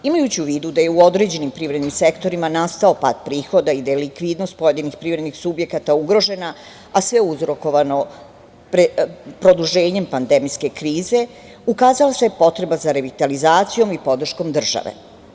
Imajući u vidu da je u određenim privrednim sektorima nastao pad prihoda i da je likvidnost pojedinih privrednih subjekata ugrožena, a sve uzrokovano produženjem pandemijske krize, ukazala se potreba za revitalizacijom i podrškom države.